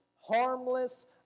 harmless